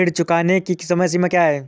ऋण चुकाने की समय सीमा क्या है?